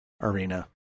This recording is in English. arena